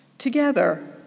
Together